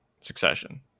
succession